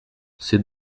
c’est